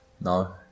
No